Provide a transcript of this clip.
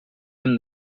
him